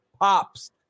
pops